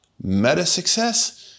meta-success